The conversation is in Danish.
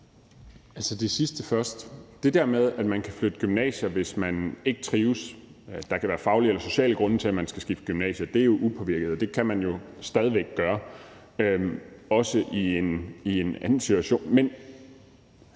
det sidste først, altså det der med, at man kan flytte gymnasier, hvis man ikke trives: Der kan være faglige eller sociale grunde til, at man skal skifte gymnasier, og det er jo upåvirket, og det kan man jo stadig væk gøre, også i en anden situation.